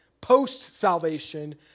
post-salvation